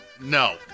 no